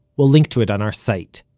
we'll link to it on our site,